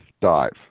dive